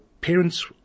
parents